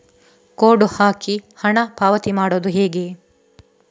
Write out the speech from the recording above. Code ಹಾಕಿ ಹಣ ಪಾವತಿ ಮಾಡೋದು ಹೇಗೆ?